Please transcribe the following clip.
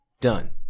Done